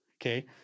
okay